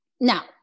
Now